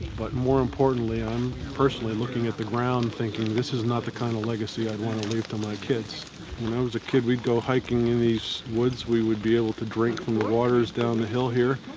but more importantly, i'm personally looking at the ground thinking, this is not the kind of legacy i want to leave to my kids. when i was a kid we'd go hiking in these woods, we would be able to drink from the waters down the hill here,